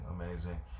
amazing